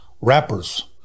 rappers